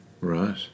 Right